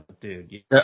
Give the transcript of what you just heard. dude